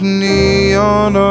neon